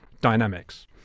dynamics